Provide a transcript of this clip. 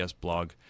blog